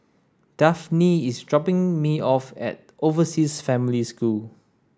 Dafne is dropping me off at Overseas Family School